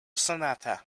sonata